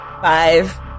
Five